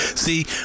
see